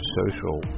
social